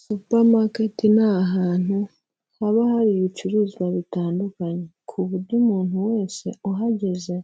Supermarket ni ahantu haba hari ibicuruzwa bitandukanye, ku buryo umuntu wese uhageze